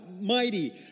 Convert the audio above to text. mighty